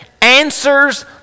answers